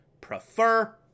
prefer